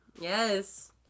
Yes